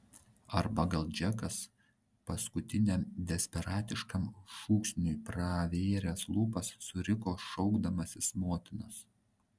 arba gal džekas paskutiniam desperatiškam šūksniui pravėręs lūpas suriko šaukdamasis motinos